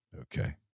okay